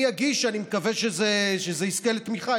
אני אגיש ואני מקווה שזה יזכה לתמיכה.